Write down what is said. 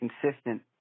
consistent